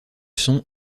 son